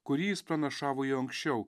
kurį jis pranašavo jau anksčiau